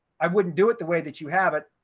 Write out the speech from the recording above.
i wouldn't do it the way that you have it.